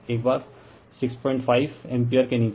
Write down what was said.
एक बार 65o ampere के नीचे